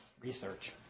research